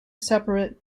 separate